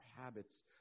habits